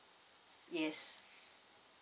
yes